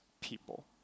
people